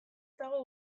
dago